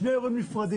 אלה שני אירועים נפרדים.